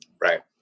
right